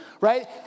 right